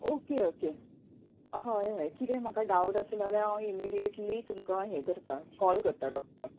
okay okay हय हय कितें म्हाका डाउट आसले जाल्यार हांव इमिडीयेट्ली तुमकां हे करता कॉल करता डॉक्टर